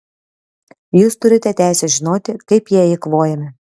jūs turite teisę žinoti kaip jie eikvojami